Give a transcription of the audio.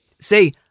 say